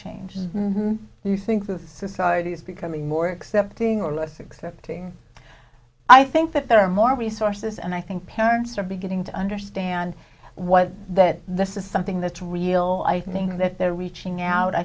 changed do you think with society's becoming more accepting or less accepting i think that there are more resources and i think parents are beginning to understand what that this is something that's real i think that they're reaching out i